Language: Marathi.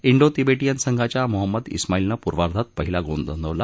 डो तिबेटीयन संघाच्या मोहम्मद जिमाईलने पूर्वार्धात पहिला गोल नोंदवला